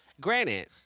Granted